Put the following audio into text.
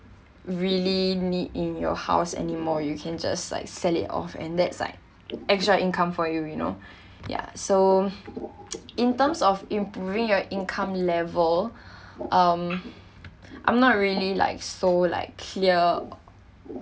really need in your house anymore you can just like sell it off and that's like extra income for you you know ya so in terms of improving your income level um I'm not really like so like clear